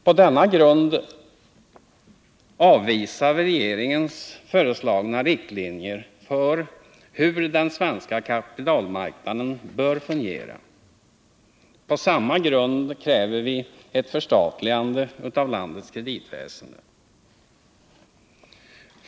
På denna grund avvisar vi regeringens föreslagna riktlinjer för hur den svenska kapitalmarknaden bör fungera. På samma grund kräver vi ett förstatligande av landets kreditväsende.